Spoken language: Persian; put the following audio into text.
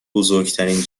بزرگترین